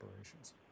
operations